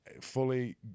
fully